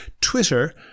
Twitter